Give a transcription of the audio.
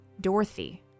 Dorothy